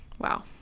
Wow